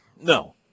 No